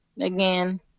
again